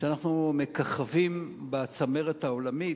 שאנחנו מככבים בצמרת העולמית,